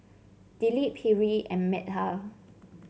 Dilip Hri and Medha